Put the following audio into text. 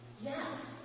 yes